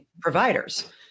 providers